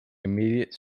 immediate